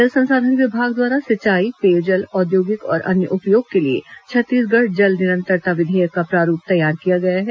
जल संसाधन विभाग द्वारा सिंचाई पेयजल औद्योगिक और अन्य उपयोग के लिए छत्तीसगढ़ जल निरंतरता विधेयक का प्रारूप तैयार किया गया है